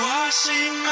Washing